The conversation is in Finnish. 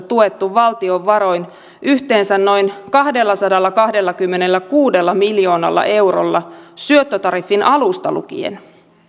tuettu valtion varoin yhteensä noin kahdellasadallakahdellakymmenelläkuudella miljoonalla eurolla syöttötariffin alusta lukien